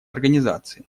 организации